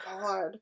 god